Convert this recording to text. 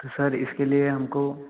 तो सर इसके लिए हमको